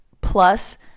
plus